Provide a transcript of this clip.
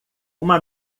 uma